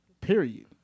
Period